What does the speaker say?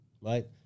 right